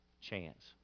chance